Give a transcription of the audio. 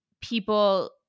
people